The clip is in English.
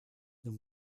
than